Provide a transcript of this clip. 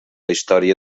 història